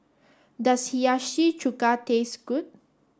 does Hiyashi Chuka taste good